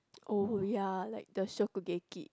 oh ya like the Shokugeki